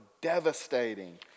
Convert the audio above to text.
devastating